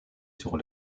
sur